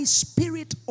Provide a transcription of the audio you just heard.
spirit